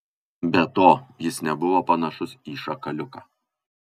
be to jis nebuvo panašus į šakaliuką